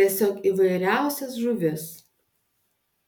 tiesiog įvairiausias žuvis